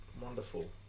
Wonderful